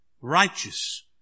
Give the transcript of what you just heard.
righteous